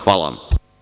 Hvala vam.